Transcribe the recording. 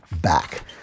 back